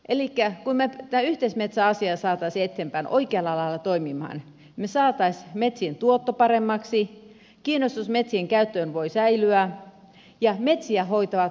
elikkä kun me tämän yhteismetsäasian saisimme eteenpäin oikealla lailla toimimaan me saisimme metsien tuoton paremmaksi kiinnostus metsien käyttöön voisi säilyä ja metsiä hoitaisivat ammattilaiset